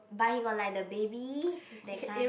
but he was like the baby that kind